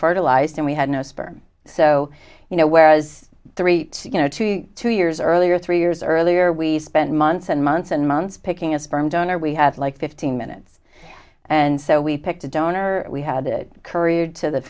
fertilized and we had no sperm so you know whereas three to you know to two years earlier three years earlier we spent months and months and months picking a sperm donor we had like fifteen minutes and so we picked a donor we had it couriered to the